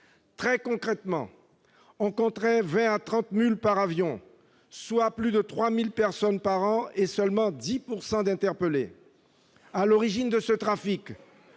Concrètement, on compterait de 20 à 30 « mules » par avion, soit plus de 3 000 personnes par an, dont seulement 10 % sont interpellées. À l'origine de ce trafic,